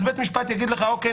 אז בית המשפט יגיד: אוקיי,